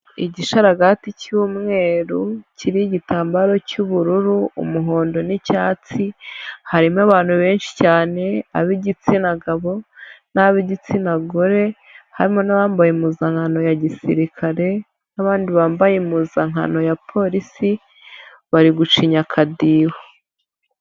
Igishararaga cy'umweru, kiriho igitambaro cy'ubururu, umuhondo n'icyatsi, harimo abantu benshi cyane, ab'igitsina gabo n'ab'igitsina gore, harimo n'abambaye impuzankano ya gisirikare n'abandi bambaye impuzankano ya Polisi, bari gucinya akadiho.